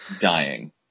dying